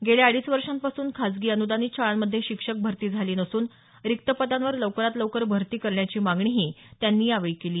गेल्या अडीच वर्षांपासून खासगी अनुदानित शाळांमधे शिक्षक भरती झाली नसून रिक्त पदांवर लवकरात लवकर भरती करण्याची मागणीही त्यांनी यावेळी केली